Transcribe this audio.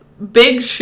Big